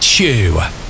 Chew